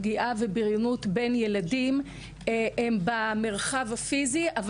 פגיעה ובריונות בין ילדים הם במרחב הפיזי אבל